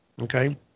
Okay